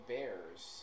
Bears